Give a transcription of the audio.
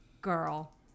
Girl